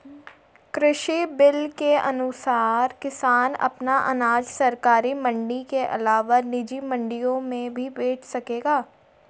कृषि बिल के अनुसार किसान अपना अनाज सरकारी मंडी के अलावा निजी मंडियों में भी बेच सकेंगे